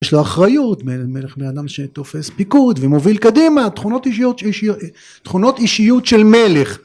יש לו אחריות, מלך, מאדם שתופס פיקוד ומוביל קדימה, תכונות אישיות של מלך